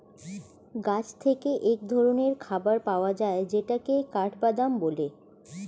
গাছ থেকে এক ধরনের খাবার পাওয়া যায় যেটাকে কাঠবাদাম বলে